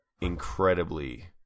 incredibly